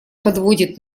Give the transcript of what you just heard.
подводит